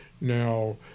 Now